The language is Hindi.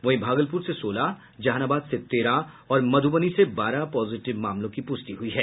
वहीं भागलपुर से सोलह जहानाबाद से तेरह और मधुबनी से बारह पॉजिटिव मामलों की पुष्टि हुई है